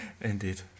indeed